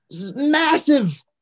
massive